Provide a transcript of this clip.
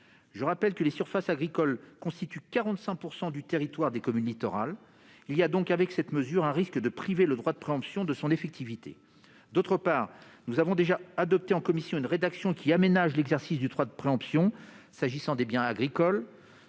Je rappelle que les surfaces agricoles constituent 45 % du territoire des communes littorales. L'adoption de cette mesure risque donc de priver le droit de préemption de son effectivité. D'autre part, nous avons déjà adopté en commission une rédaction aménageant l'exercice du droit de préemption pour les biens agricoles